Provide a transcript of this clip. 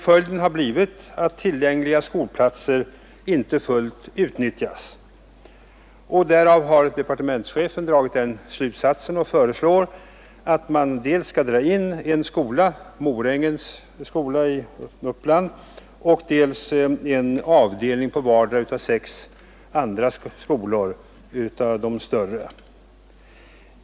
Följden har blivit att tillgängliga skolplatser inte fullt utnyttjas. Därav har statsrådet i sitt förslag dragit den slutsatsen att man skall lägga ned dels en skola, Morängens skola i Uppland, dels en avdelning på vardera av sex andra skolor, som hör till de större.